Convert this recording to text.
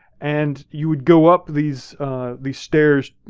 and you would go up these these stairs,